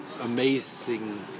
amazing